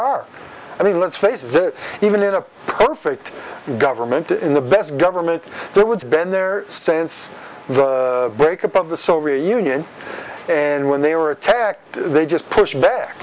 are i mean let's face it even in a perfect government in the best government there was ben there since the breakup of the soviet union and when they were attacked they just push back